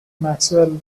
maxwell